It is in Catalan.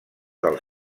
del